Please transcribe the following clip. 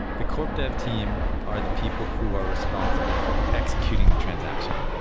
the corp dev team are the people who are responsible for executing the transaction.